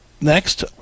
Next